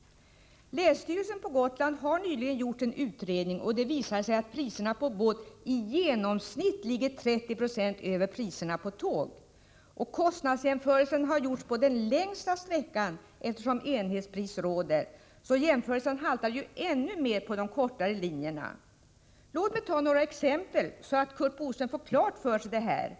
Länsstyrelsen på Gotland har nyligen gjort en utredning, och det visade sig att priserna på båtbiljetter ligger i genomsnitt 30 26 över priserna på tågbiljetter. Kostnadsjämförelsen har gjorts på den längsta sträckan, eftersom enhetspris råder. Jämförelsen haltar därför ännu mer på de kortare linjerna. Låt mig ta några exempel så att Curt Boström får klart för sig hur det förhåller sig.